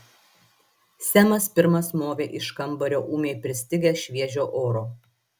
semas pirmas movė iš kambario ūmiai pristigęs šviežio oro